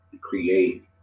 create